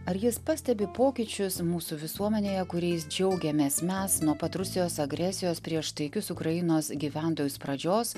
ar jis pastebi pokyčius mūsų visuomenėje kuriais džiaugiamės mes nuo pat rusijos agresijos prieš taikius ukrainos gyventojus pradžios